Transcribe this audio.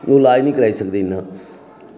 ओह् लाज निं कराई सकदे इन्ना